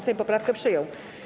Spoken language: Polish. Sejm poprawkę przyjął.